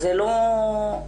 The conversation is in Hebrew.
זה לא מקובל.